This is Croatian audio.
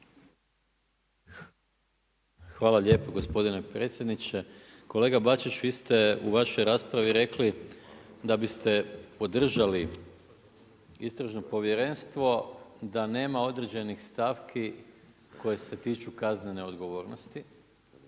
hvala lijepo gospodine predsjedniče. Kolega Bačić, vi ste u vašoj raspravi rekli da biste podržali istražno povjerenstvo da nema određenih stavki koje se tiču kaznene odgovornosti,